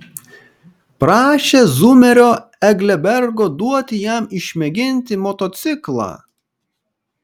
prašė zumerio englebergo duoti jam išmėginti motociklą